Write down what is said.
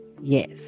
Yes